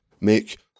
make